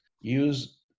use